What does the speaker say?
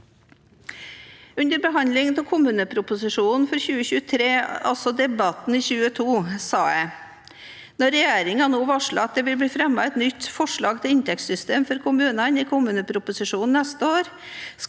Under behandlingen av kommuneproposisjonen for 2023, altså debatten i 2022, sa jeg: «Når regjeringen nå varsler at det vil bli fremmet et nytt forslag til inntektssystem for kommunene i kommuneproposisjonen neste år,